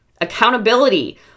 Accountability